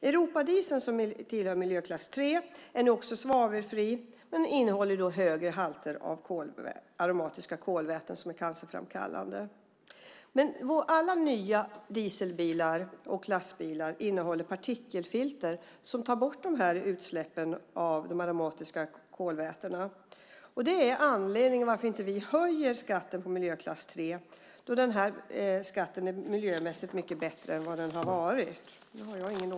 Europadieseln, som tillhör miljöklass 3, är också svavelfri men innehåller högre halter av aromatiska kolväten, som är cancerframkallande. Men alla nya dieselbilar och klassbilar innehåller partikelfilter som tar bort de där utsläppen av de aromatiska kolvätena. Det är anledningen till att vi inte höjer skatten på miljöklass 3, då den här skatten är miljömässigt mycket bättre än vad den har varit.